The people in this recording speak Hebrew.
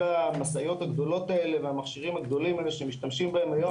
כל המשאיות הגדולות האלה והמכשירים הגדולים האלה שמשתמשים בהם היום.